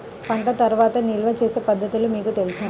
పంట తర్వాత నిల్వ చేసే పద్ధతులు మీకు తెలుసా?